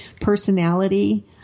personality